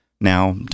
now